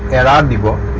at um the